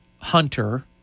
Hunter